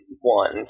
one